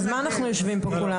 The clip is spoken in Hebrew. אז למה אנחנו יושבים פה, כולנו?